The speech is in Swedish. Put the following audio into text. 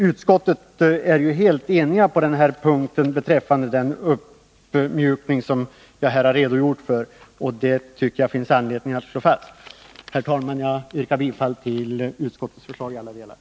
Utskottsmajoriteten är ju helt enig beträffande den uppmjukning som jag här har redogjort för, och detta tycker jag att det finns anledning att slå fast. Herr talman! Jag yrkar bifall till utskottets hemställan på alla punkter.